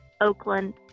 Oakland